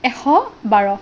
এশ বাৰ